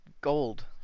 gold